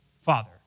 father